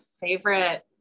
favorite